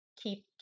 keep